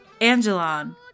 Angelon